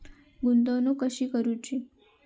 गुंतवणूक कशी करूची?